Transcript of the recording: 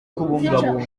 kubungabunga